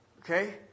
Okay